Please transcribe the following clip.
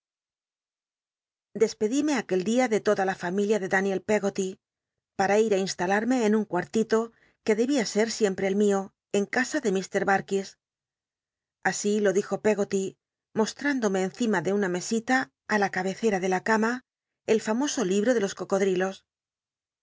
dcspcdimc aquel clia de totla la familia de daniel peggoty pam ir i instalarme en un cuartito que debia ser siempr e el mio en casa de ir barkis así lo dijo l cggot y moslr iudome encima de una mesita i la cahcccra de la cama el famoso lihro de los co